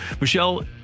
Michelle